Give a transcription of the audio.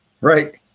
Right